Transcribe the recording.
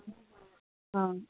ꯑꯥ